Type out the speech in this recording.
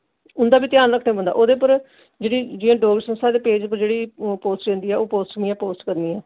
उं'दा बी ध्यान रक्खने पौंदा ओह्दे पर जेह्ड़ी जि'यां डोगरी संस्था दे पेज उप्पर जेह्ड़ी पोस्ट जंदी ऐ ओह् पोस्ट मि'यें पोस्ट करनी आं